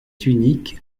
unique